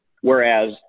whereas